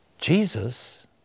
Jesus